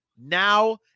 now